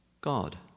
God